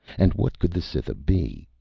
and what could the cytha be?